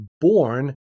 born